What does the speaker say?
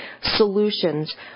solutions